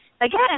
again